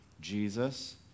Jesus